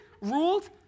ruled